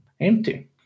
empty